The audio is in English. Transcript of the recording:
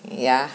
yeah